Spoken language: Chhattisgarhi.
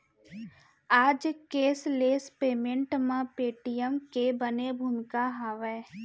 आज केसलेस पेमेंट म पेटीएम के बने भूमिका हावय